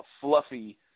fluffy